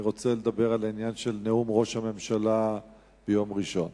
אני רוצה לדבר על העניין של נאום ראש הממשלה ביום ראשון.